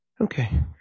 Okay